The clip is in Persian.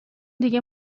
دیگه